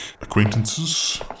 acquaintances